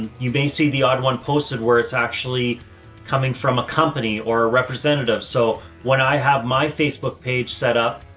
you may see the odd one posted where it's actually coming from a company or a representative. so when i have my facebook page set up,